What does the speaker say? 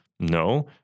No